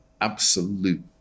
absolute